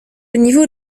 niveau